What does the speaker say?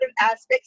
aspects